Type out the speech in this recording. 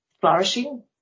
flourishing